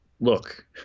look